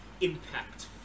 impact